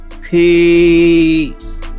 peace